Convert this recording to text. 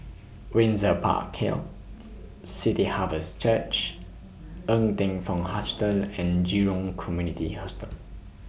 Windsor Park Hill City Harvest Church Ng Teng Fong Hospital and Jurong Community Hospital